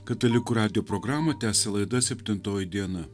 katalikų radijo programą tęsia laida septintoji diena